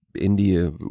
India